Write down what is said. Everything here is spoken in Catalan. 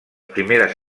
primeres